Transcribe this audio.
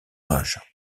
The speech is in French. rage